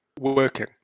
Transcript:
working